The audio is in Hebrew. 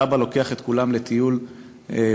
והאבא לוקח את כולם לטיול במערה,